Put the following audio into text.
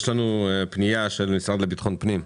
יש לנו פנייה של המשרד לביטחון הפנים,